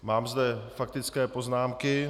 Mám zde faktické poznámky.